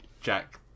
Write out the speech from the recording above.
Jack